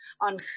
on